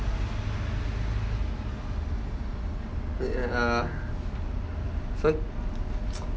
uh so